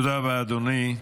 תודה רבה, אדוני.